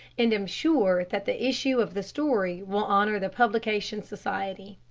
and am sure that the issue of the story will honor the publication society.